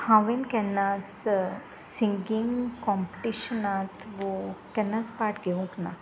हांवें केन्नाच सिंगींग कॉम्पिटिशनांत वो केन्नाच पार्ट घेवंक ना